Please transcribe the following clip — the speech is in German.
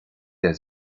der